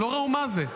הם לא ראו מה זה,